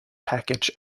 package